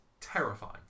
terrifying